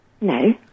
No